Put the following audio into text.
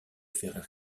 ferrer